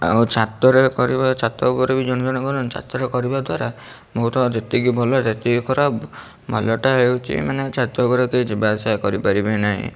ଆଉ ଛାତରେ କରିବା ଛାତ ଉପରେ ବି ଜଣେ ଜଣେ କରନ୍ତି ଛାତରେ କରିବା ଦ୍ୱାରା ମୋର ଯେତିକି ଭଲ ସେତିକି ଖରାପ ଭଲଟା ହେଉଛି ମାନେ ଛାତ ଉପରେ କେହି ଯିବାଆସିବା କରିପାରିବେ ନାଇଁ